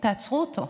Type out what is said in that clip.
תעצרו אותו.